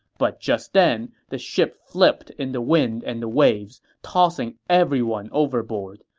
but just then, the ship flipped in the wind and the waves, tossing everyone overboard.